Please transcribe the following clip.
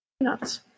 nuts